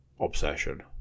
obsession